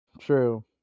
True